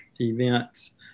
events